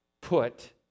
put